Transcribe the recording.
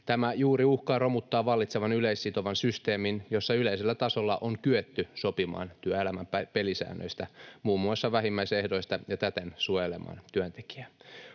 Tämä juuri uhkaa romuttaa vallitsevan yleissitovan systeemin, jossa yleisellä tasolla on kyetty sopimaan työelämän pelisäännöistä, muun muassa vähimmäisehdoista, ja täten suojelemaan työntekijää.